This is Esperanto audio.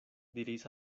diris